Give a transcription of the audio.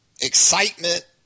excitement